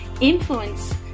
influence